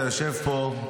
אתה יושב פה,